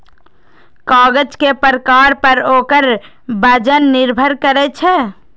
कागज के प्रकार पर ओकर वजन निर्भर करै छै